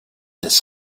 des